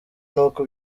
n’uko